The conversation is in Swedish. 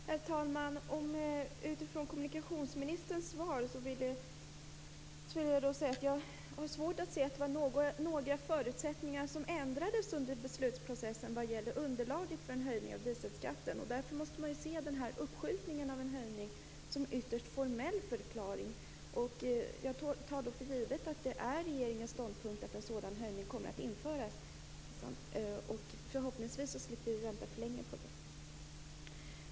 Herr talman! Beträffande kommunikationsministerns svar vill jag säga att jag har svårt att se att några förutsättningar ändrades under beslutsprocessen vad gäller underlaget för en höjning av dieselskatten. Därför måste man se förklaringen till uppskjutningen av en höjning som ytterst formell. Jag tar för givet att det är regeringens ståndpunkt att en sådan höjning kommer att införas. Förhoppningsvis slipper vi vänta för länge på den.